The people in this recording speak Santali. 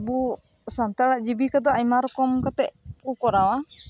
ᱟᱵᱚ ᱥᱟᱱᱛᱟᱲᱟᱜ ᱡᱤᱵᱤᱠᱟ ᱫᱚ ᱟᱭᱢᱟ ᱨᱚᱠᱚᱢ ᱠᱟᱛᱮᱫ ᱠᱚ ᱠᱚᱨᱟᱣᱟ